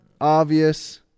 Obvious